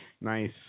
Nice